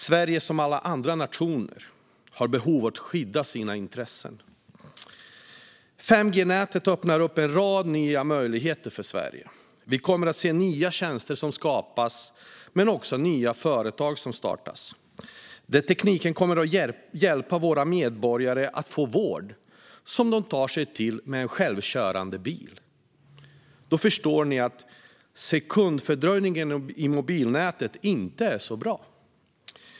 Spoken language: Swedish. Sverige har som alla andra nationer behov av att skydda sina intressen. 5G-nätet öppnar upp en rad nya möjligheter för Sverige. Vi kommer att se nya tjänster som skapas men också nya företag som startas. Denna teknik kommer hjälpa våra medborgare att få vård som de tar sig till med en självkörande bil. Ni förstår därför att en sekundfördröjning i mobilnätet inte är särskilt bra.